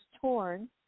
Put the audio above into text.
torn